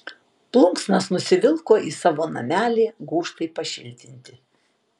plunksnas nusivilko į savo namelį gūžtai pašiltinti